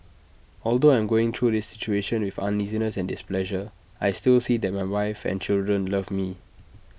although I'm going through this situation with uneasiness and displeasure I still see that my wife and children love me